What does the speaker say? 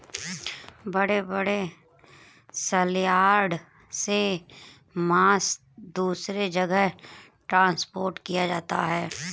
बड़े बड़े सलयार्ड से मांस दूसरे जगह ट्रांसपोर्ट किया जाता है